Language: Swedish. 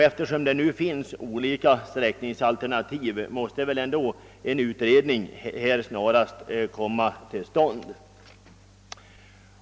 Eftersom det finns olika sträckningsalternativ måste en utredning snarast tillsättas.